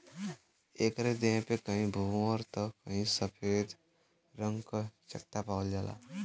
एकरे देह पे कहीं सफ़ेद त कहीं भूअर भूअर रंग क चकत्ता पावल जाला